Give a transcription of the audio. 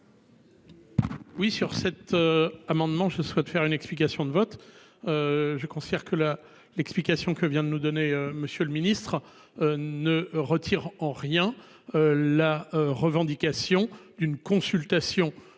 Oui sur cet. Amendement je souhaite faire une explication de vote. Je considère que la l'explication que vient de nous donner Monsieur le Ministre ne retire en rien la. Revendication d'une consultation du